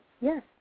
Yes